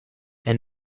and